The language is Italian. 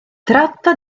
tratta